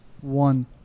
One